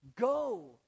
Go